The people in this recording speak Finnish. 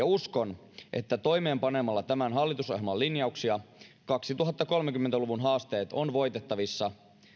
uskon että toimeenpanemalla tämän hallitusohjelman linjauksia kaksituhattakolmekymmentä luvun haasteet ovat voitettavissa